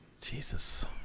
Jesus